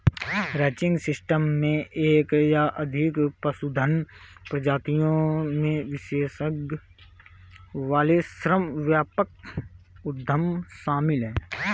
ranching system में एक या अधिक पशुधन प्रजातियों में विशेषज्ञता वाले श्रम व्यापक उद्यम शामिल हैं